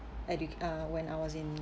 educ~ uh when I was in